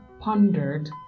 pondered